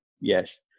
Yes